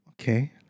okay